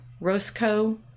Roscoe